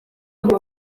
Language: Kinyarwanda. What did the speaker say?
ndi